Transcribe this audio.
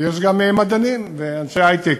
ויש מדענים ואנשי היי-טק